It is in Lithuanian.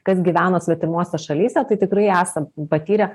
kas gyveno svetimose šalyse tai tikrai esam patyrę